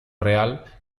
real